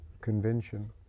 convention